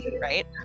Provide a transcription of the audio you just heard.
right